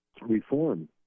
reform